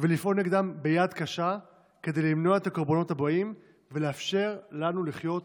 ולפעול נגדם ביד קשה כדי למנוע את הקורבנות הבאים ולאפשר לנו לחיות